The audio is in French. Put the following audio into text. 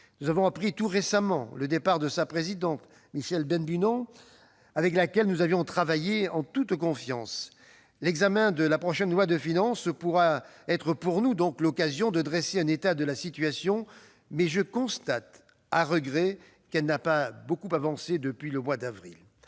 Nous avons appris très récemment le départ de la présidente de l'entreprise, Michèle Benbunan, avec laquelle nous avions travaillé en toute confiance. L'examen du prochain projet de loi de finances pourra nous offrir l'occasion de dresser un état de la situation, mais je constate, à regret, qu'elle n'a pas beaucoup évolué depuis le mois d'avril.